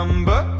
Number